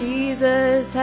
Jesus